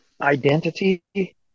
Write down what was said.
identity